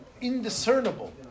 indiscernible